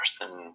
person